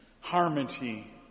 harmony